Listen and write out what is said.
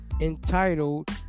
entitled